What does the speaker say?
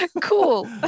Cool